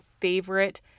favorite